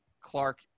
clark